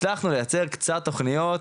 הצלחנו לייצר קצת תכניות,